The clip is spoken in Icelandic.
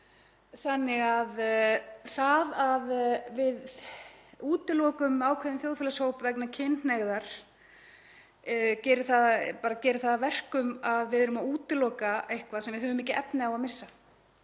þannig að það að við útilokum ákveðinn þjóðfélagshóp vegna kynhneigðar gerir bara að verkum að við erum að útiloka eitthvað sem við höfum ekki efni á að missa.